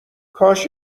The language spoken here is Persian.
کاش